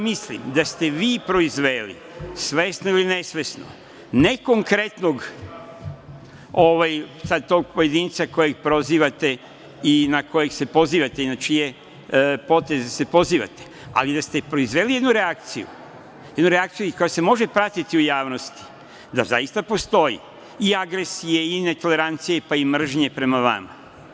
Mislim da ste vi proizveli, svesno ili nesvesno, ne konkretnog pojedinca koga prozivate i na kojeg se pozivate i na čije poteze se pozivate, ali da ste proizveli jednu reakciju koja se može pratiti u javnosti, da zaista postoji i agresije, i netolerancije, i mržnje prema vama.